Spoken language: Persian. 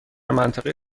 منطقه